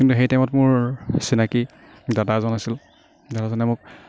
কিন্তু সেই টাইমত মোৰ চিনাকি দাদা এজন আছিল দাদাজনে মোক